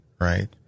right